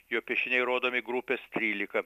jo piešiniai rodomi grupės trylika